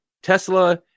tesla